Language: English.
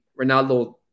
Ronaldo